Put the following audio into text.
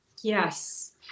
Yes